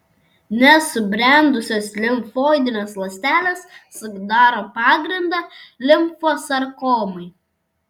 nesubrendusios limfoidinės ląstelės sudaro pagrindą limfosarkomai